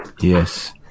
Yes